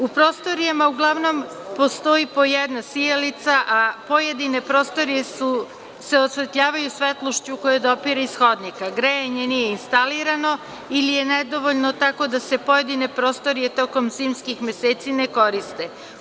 U prostorijama uglavnom postoji po jedna sijalica, a pojedine prostorije se osvetljavaju svetlošću koja dopire iz hodnika, grejanje nije instalirano ili je nedovoljno, tako da se pojedine prostorije tokom zimskim meseci ne koriste.